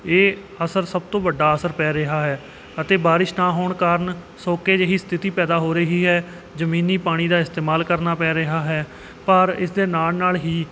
ਇਹ ਅਸਰ ਸਭ ਤੋਂ ਵੱਡਾ ਅਸਰ ਪੈ ਰਿਹਾ ਹੈ ਅਤੇ ਬਾਰਿਸ਼ ਨਾ ਹੋਣ ਕਾਰਨ ਸੋਕੇ ਜਿਹੀ ਸਥਿਤੀ ਪੈਦਾ ਹੋ ਰਹੀ ਹੈ ਜਮੀਨੀ ਪਾਣੀ ਦਾ ਇਸਤੇਮਾਲ ਕਰਨਾ ਪੈ ਰਿਹਾ ਹੈ ਪਰ ਇਸ ਦੇ ਨਾਲ ਨਾਲ ਹੀ